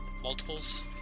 multiples